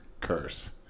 curse